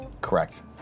Correct